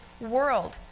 world